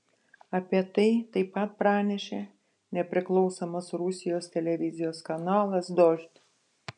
apie tai taip pat pranešė nepriklausomas rusijos televizijos kanalas dožd